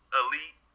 elite